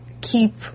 keep